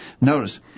Notice